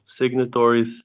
signatories